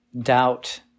doubt